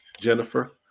Jennifer